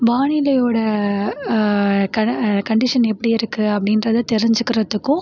வானிலையோட கன கன்டீஷன் எப்படி இருக்குது அப்படின்றத தெரிஞ்சிக்கிறதுக்கும்